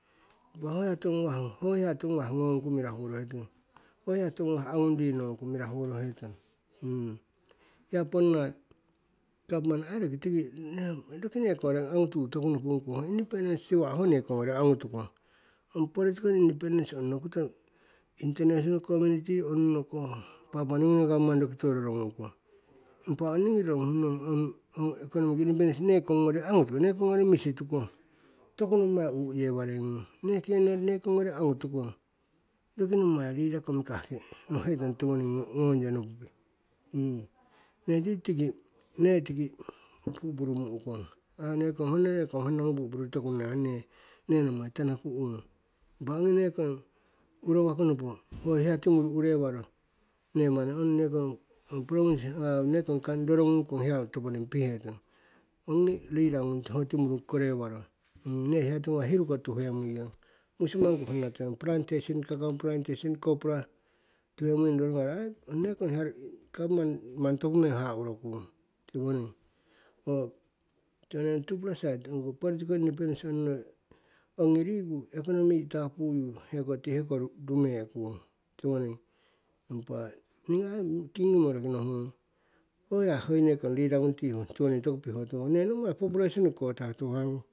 impah hoyo tiwo gnawah ho hia tiwo gnawah gnongku mirahu worohetong, ho hia tiwo gnawag angung rinongku mirahuworohetong, hia ponna gapmani ai roki nekong gnorii angukori tuyu toku nokongkong ho independence ho nekong gnorii angu gnori tukong, ong political independence onunno koto international komminiti onunno koh papua new guinea gapmani rokitiwono rorgnungkong. impah ong ngiii roronguh nong ong economic independence nekong gnori angukori turong neekong gnori misi tukong toku nommai uu'yewarei gnung neekong ngori angu tukong roki nommai lida komikahki no'hetong tiwoning ongong yo nopupii. Nee tii tiki, nee tiki pu'puru mu'kong ho neekong honna gnung pu'puru kurukong toku nahah nee, nee nommai tanakuh gnung impah ongi neekong urowah gnung ong hia tiingu urewaro nee manni ho nekong province oo neekong hia rorognung kong toponing piihetong ongi lida gnung ho timuru kore waro nee hia tiwo gnawah hiru ko tuhe muiyong, musimangko honna tuhemuiyong, plantation ko cocoa plantation copra tuhemuh ai gapman manni topo meng haha' worokung tiwoning tiko nee twopla side ongko political independence ongi riku economy taapuuyu ti heko ruume'kung tiwoning. Impah nii kingumo roki nohugnong ho ya hoi neekong lida gnung tiwoning toku piho tawakong, nee nommai populesen ko kotah tuhemuinyong